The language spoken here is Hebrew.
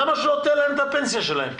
למה שלא תיתן להם את הפנסיה שלהם?